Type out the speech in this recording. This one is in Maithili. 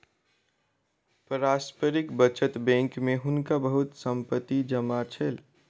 पारस्परिक बचत बैंक में हुनका बहुत संपत्ति जमा छल